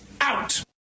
out